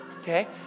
Okay